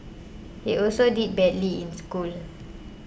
he also did badly in school